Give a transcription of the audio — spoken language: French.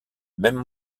même